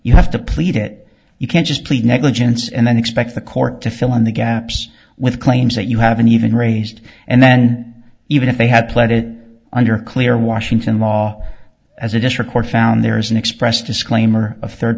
you have to plead it you can't just plead negligence and then expect the court to fill in the gaps with claims that you haven't even raised and then even if they had pled it under clear washington law as a district court found there is an express disclaimer of third